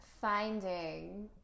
finding